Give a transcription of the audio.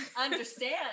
understand